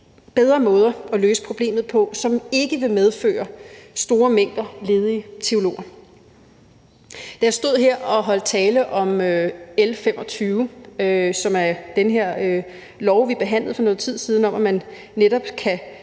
bedre måder at løse problemet på, som ikke vil medføre store mængder ledige teologer? Da jeg stod her og holdt tale om L 25, som er det her lovforslag, som vi behandlede for noget tid siden, om, at man netop kan